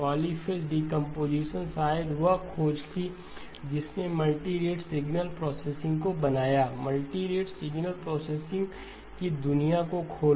polyphase decomposition शायद वह खोज थी जिसने मल्टीरेट सिग्नल प्रोसेसिंग को बनाया मल्टीरेट सिग्नल प्रोसेसिंग की दुनिया को खोला